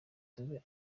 tube